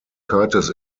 curtis